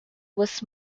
was